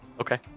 okay